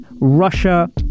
Russia